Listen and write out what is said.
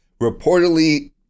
reportedly